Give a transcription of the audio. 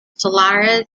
solaris